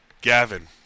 Gavin